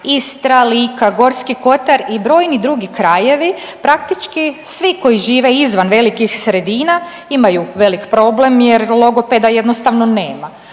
Istra, Lika, Gorski kotar i brojni drugi krajevi praktički svi koji žive izvan velikih sredina imaju veliki problem jer logopeda jednostavno nema.